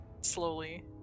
slowly